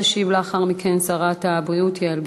תשיב לאחר מכן שרת הבריאות יעל גרמן.